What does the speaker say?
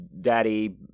daddy